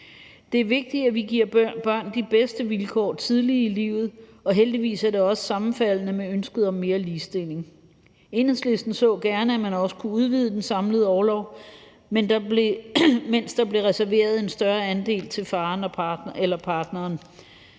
Det er vigtigt, at vi giver børn de bedste vilkår tidligt i livet, og heldigvis er det også sammenfaldende med ønsket om mere ligestilling. Enhedslisten så gerne, at man også kunne udvide den samlede orlov, mens der blev reserveret en større andel til partneren,